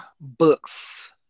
books